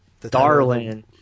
Darling